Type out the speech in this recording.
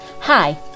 Hi